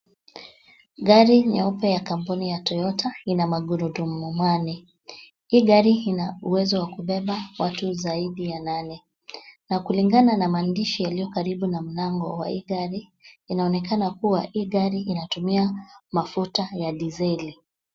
Gari nyeupe ya kampuni ya Toyota ina magurdumu manne. Hii gari ina uwezo wa kubeba watu zaidi ya nane. Na, kulingana na maandishi yaliyo karibu na mlango wa hii gari, inaonekana kua hii gari inatumia mafuta ya dizeli.